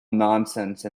nonsense